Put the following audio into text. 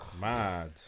Mad